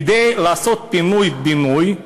כדי לעשות פינוי-בינוי,